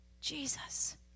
Jesus